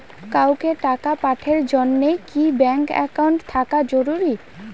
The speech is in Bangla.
কাউকে টাকা পাঠের জন্যে কি ব্যাংক একাউন্ট থাকা জরুরি?